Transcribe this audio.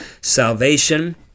salvation